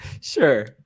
Sure